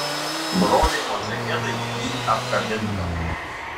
broliai modžahedai jį apkabindavo